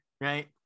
Right